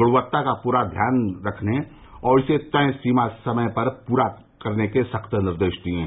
ग्णवत्ता का पूरा ध्यान रखने और इसे तय समय सीमा पर पूरा करने के सख्त निर्देश दिये हैं